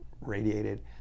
radiated